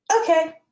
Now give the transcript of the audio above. Okay